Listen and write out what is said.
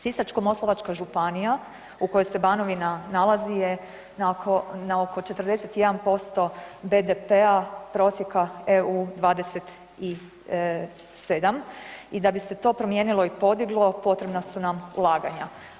Sisačko-moslavačka županija u kojoj se Banovina nalazi je na oko 41% BDP-a prosjeka EU 27 i da bi se to promijenilo i podiglo potrebna su nam ulaganja.